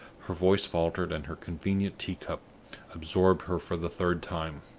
her voice faltered, and her convenient tea-cup absorbed her for the third time.